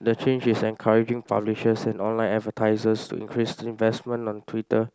the change is encouraging publishers and online advertisers to increase investment on Twitter